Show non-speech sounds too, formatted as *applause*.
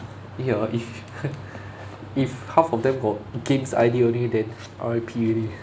ya if *laughs* if half of them got games idea only then R_I_P already